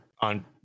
on